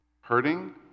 hurting